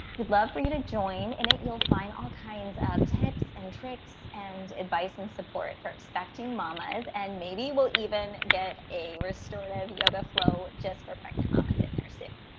we'd love for you to join. in it, you'll find all kinds of tips and tricks and advice and support for expecting mamas, and maybe we'll even get a restorative yoga flow just for pregnant mamas in there soon.